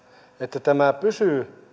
että tämä pysyisi